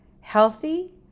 healthy